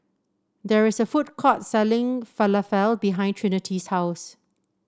there is a food court selling Falafel behind Trinity's house